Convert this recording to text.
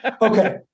Okay